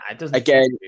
again